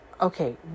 okay